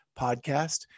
podcast